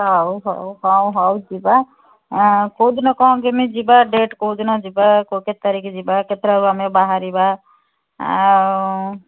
ହଉ ହଉ ହଉ ହଉ ଯିବା କେଉଁ ଦିନ କ'ଣ କେମିତି ଯିବା ଡେଟ୍ କେଉଁ ଦିନ ଯିବା କେତେ ତାରିଖ ଯିବା କେତେଟା ବେଳକୁ ଆମେ ବାହାରିବା ଆଉ